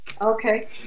Okay